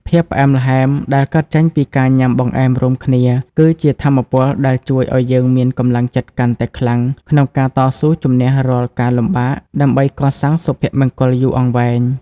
ភាពផ្អែមល្ហែមដែលកើតចេញពីការញ៉ាំបង្អែមរួមគ្នា គឺជាថាមពលដែលជួយឱ្យយើងមានកម្លាំងចិត្តកាន់តែខ្លាំងក្នុងការតស៊ូជម្នះរាល់ការលំបាក ដើម្បីកសាងសុភមង្គលយូរអង្វែង។